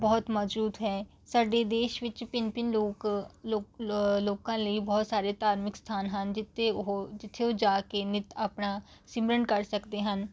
ਬਹੁਤ ਮੌਜੂਦ ਹੈ ਸਾਡੇ ਦੇਸ਼ ਵਿੱਚ ਭਿੰਨ ਭਿੰਨ ਲੋਕ ਲੋਕਾਂ ਲਈ ਬਹੁਤ ਸਾਰੇ ਧਾਰਮਿਕ ਸਥਾਨ ਹਨ ਜਿੱਥੇ ਉਹ ਜਿੱਥੇ ਉਹ ਜਾ ਕੇ ਨਿੱਤ ਆਪਣਾ ਸਿਮਰਨ ਕਰ ਸਕਦੇ ਹਨ